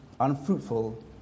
unfruitful